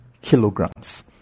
kilograms